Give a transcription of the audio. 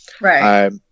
Right